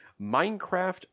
Minecraft